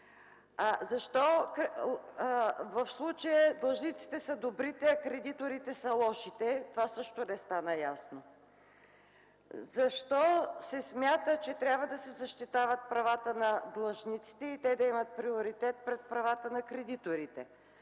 Защо в случая длъжниците са добрите, а кредиторите са лошите? Това също не стана ясно. Защо се смята, че трябва да се защитават правата на длъжниците и те да имат приоритет пред правата на кредиторите?